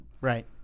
right